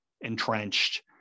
entrenched